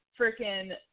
freaking